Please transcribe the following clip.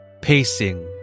pacing